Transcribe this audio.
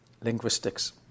linguistics